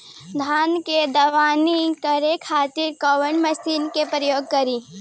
धान के दवनी करे खातिर कवन मशीन के प्रयोग करी?